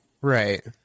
Right